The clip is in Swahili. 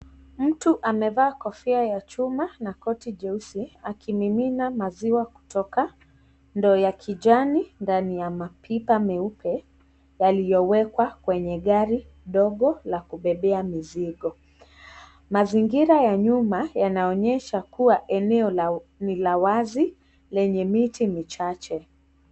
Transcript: Mtu amevaa kofia ya chuma na koti jeusi akimimina maziwa kutoka ndoo ya kijani ndani ya mapipa meupe yaliyowekwa kwenye gari ndogo la kubebea mizigo .Mazingira ya nyuma yanaonyesha kuwa eneo ni la wazi lenye miti michache.